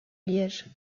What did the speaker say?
liège